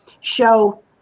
show